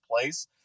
place